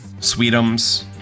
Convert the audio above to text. Sweetums